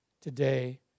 today